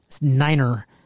Niner